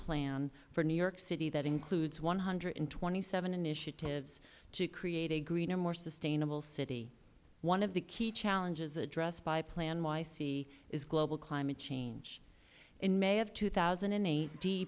plan for new york city that includes one hundred and twenty seven initiatives to create a greener more sustainable city one of the key challenges addressed by planyc is global climate change in may of two thousand and eight